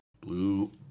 Blue